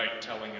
telling